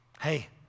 hey